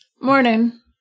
morning